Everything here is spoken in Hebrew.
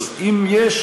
אבל אם יש,